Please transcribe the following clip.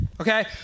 okay